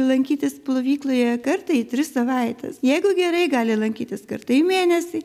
lankytis plovykloje kartą į tris savaites jeigu gerai gali lankytis kartą į mėnesį